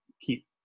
keep